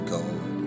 God